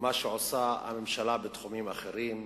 מה שעושה הממשלה בתחומים אחרים: